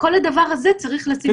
לכל הדבר הזה צריך לשים לב.